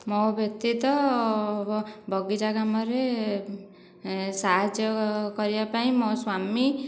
ମୋ ବ୍ୟତୀତ ବଗିଚା କାମରେ ସାହାଯ୍ୟ କରିବା ପାଇଁ ମୋ ସ୍ୱାମୀ